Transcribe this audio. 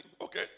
okay